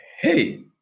hey